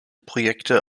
projekte